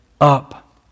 up